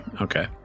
Okay